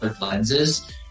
lenses